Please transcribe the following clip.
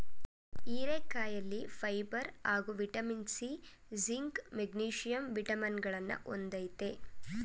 ಹೀರೆಕಾಯಿಲಿ ಫೈಬರ್ ಹಾಗೂ vitamin C, zinc, magnesium ವಿಟಮಿನಗಳನ್ನ ಹೊಂದಯ್ತೆ